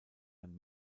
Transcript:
ein